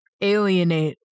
alienate